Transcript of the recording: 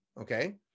Okay